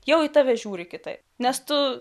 jau į tave žiūri kitaip nes tu